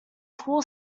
full